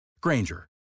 Granger